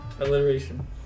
Alliteration